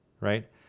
right